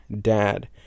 dad